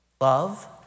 Love